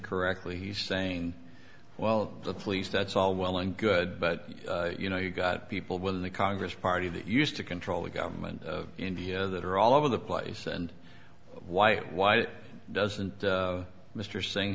correctly he's saying well the police that's all well and good but you know you've got people within the congress party that used to control the government of india that are all over the place and why why it doesn't mr sing